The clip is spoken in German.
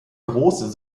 große